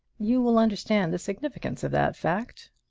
you will understand the significance of that fact.